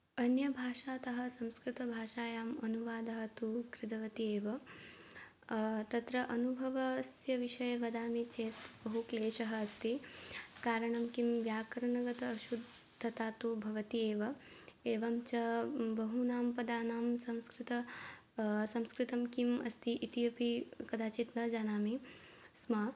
अन्यभाषातः संस्कृतभाषायाम् अनुवादं तु कृतवती एव तत्र अनुभवस्य विषये वदामि चेत् बहुक्लेशः अस्ति कारणं किं व्याकरणगत अशुद्धता तु भवति एव एवं च बहूनां पदानां संस्कृतं सस्कृतं किम् अस्ति इति अपि कदाचित् न जानामि स्म